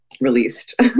released